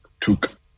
took